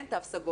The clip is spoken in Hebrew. אין תו סגול,